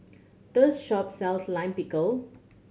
shop sells Lime Pickle